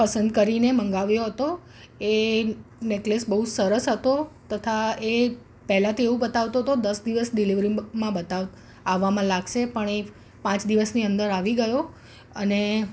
પસંદ કરીને મંગાવ્યો હતો એ નેકલેસ બહુ જ સરસ હતો તથા એ પહેલાં તો એ એવું બતાવતો હતો દસ દિવસ ડિલિવરીમાં બતાવ આવવામાં લાગશે પણ એ પાંચ દિવસની અંદર આવી ગયો અને